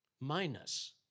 minus